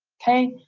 okay,